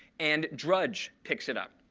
and drudge picks it up.